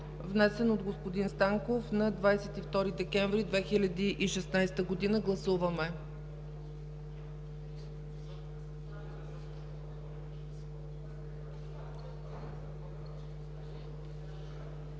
внесен от господин Станков на 22 декември 2016 г. Гласували